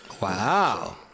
Wow